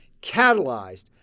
catalyzed